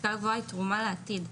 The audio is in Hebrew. השכלה גבוהה היא תרומה לעתיד,